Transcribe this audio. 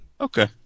okay